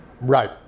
Right